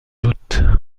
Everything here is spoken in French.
doute